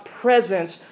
presence